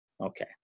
Okay